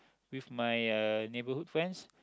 with my uh neighbourhood friends